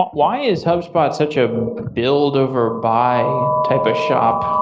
um why is hubspot such a build over buy type of shop?